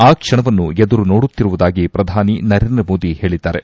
ಆ ಕ್ಷಣವನ್ನು ಎದುರು ನೋಡುತ್ತಿರುವುದಾಗಿ ಪ್ರಧಾನಿ ನರೇಂದ್ರ ಮೋದಿ ಹೇಳಿದ್ದಾರೆ